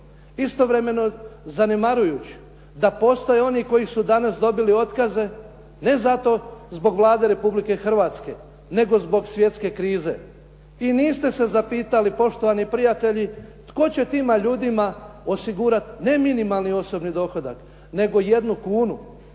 Istovremeno zanemarujući da postoje oni koji su danas dobili otkaze ne zato zbog Vlade Republike Hrvatske nego zbog svjetske krize. I niste se zapitali poštovani prijatelji tko će tim ljudima osigurati ne minimalni osobni dohodak nego jednu kunu.